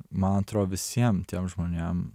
man atrodo visiem tiem žmonėm